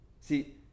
See